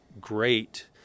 great